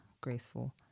graceful